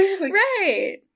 Right